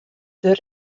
der